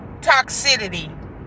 toxicity